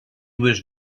was